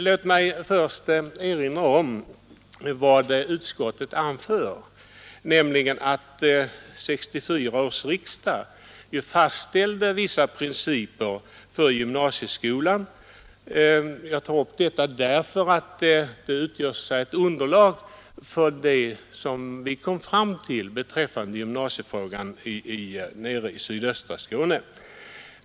Låt mig först erinra om vad utskottet anför, nämligen att 1964 års riksdag fastställde vissa principer för gymnasieskolan. Jag tar upp detta därför att det utgör underlag för vårt ställningstagande beträffande gymnasieskolan i sydöstra Skåne.